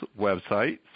website